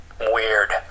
weird